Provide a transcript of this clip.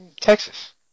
Texas